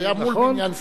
זה היה מול בניין סנסור.